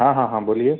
हाँ हाँ हाँ बोलिए